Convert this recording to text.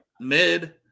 mid